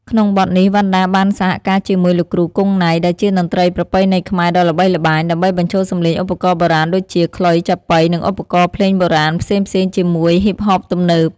ក្នុងបទនេះ វណ្ណដាបានសហការជាមួយ លោកគ្រូ គង់ ណៃ ដែលជាតន្ត្រីប្រពៃណីខ្មែរដ៏ល្បីល្បាញ ដើម្បីបញ្ចូលសម្លេងឧបករណ៍បុរាណដូចជា ខ្លុយ ចាប៉ី និងឧបករណ៍ភ្លេងបុរាណ ផ្សេងៗជាមួយហ៊ីបហបទំនើប។